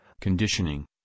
conditioning